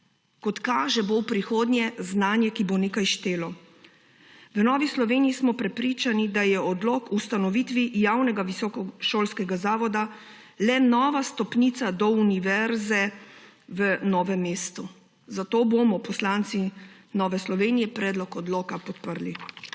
kot kaže, v prihodnje znanje, ki bo nekaj štelo. V Novi Sloveniji smo prepričani, da je odlok o ustanovitvi javnega visokošolskega zavoda le nova stopnica do univerze v Novem mestu, zato bomo poslanci Nove Slovenije predlog odloka podprli.